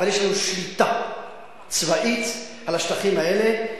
אבל יש לנו שליטה צבאית על השטחים האלה.